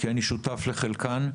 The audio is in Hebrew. כי אני שותף לחלקן,